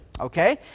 Okay